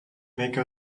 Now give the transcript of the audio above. make